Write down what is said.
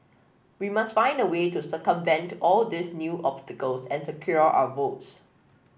we must find a way to circumvent all these new obstacles and secure our votes